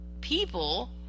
people